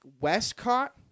Westcott